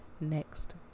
next